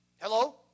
Hello